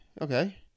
Okay